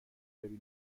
ببینی